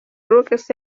ruggles